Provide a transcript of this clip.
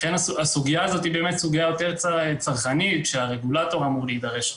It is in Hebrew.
לכן הסוגיה הזאת באמת יותר צרכנית שהרגולטור אמור להידרש לה.